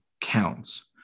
counts